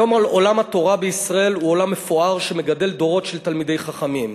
היום עולם התורה בישראל הוא עולם מפואר שמגדל דורות של תלמידי חכמים.